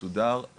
מסודר,